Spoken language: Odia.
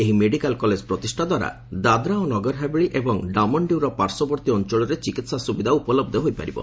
ଏହି ମେଡିକାଲ କଲେଜ ପ୍ରତିଷ୍ଠା ଦ୍ୱାରା ଦାଦ୍ରା ଓ ନଗରୀହାବେଳି ଏବଂ ଡାମନଡିଉ୍ର ପାର୍ଶ୍ୱବର୍ତ୍ତୀ ଅଞ୍ଚଳରେ ଚିକିତ୍ସା ସୁବିଧା ଉପଲହ୍ଧ ହୋଇପାରିବ